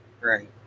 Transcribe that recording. Right